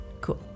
Cool